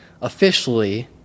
officially